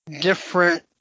different